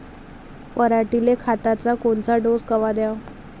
पऱ्हाटीले खताचा कोनचा डोस कवा द्याव?